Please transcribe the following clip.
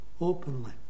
openly